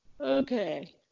Okay